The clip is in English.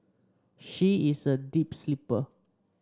she is a deep sleeper